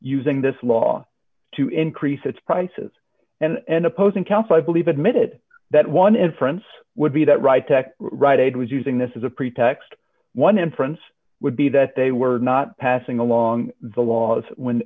using this law to increase its prices and opposing counsel i believe admitted that one inference would be that right tek right it was using this as a pretext one inference would be that they were not passing along the laws